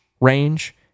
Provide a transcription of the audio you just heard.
range